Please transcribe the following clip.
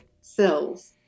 cells